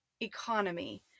economy